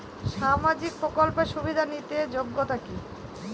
সামাজিক প্রকল্প সুবিধা নিতে যোগ্যতা কি?